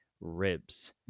ribs